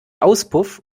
auspuff